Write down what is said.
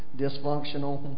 Dysfunctional